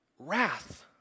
Wrath